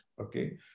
okay